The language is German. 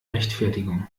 rechtfertigung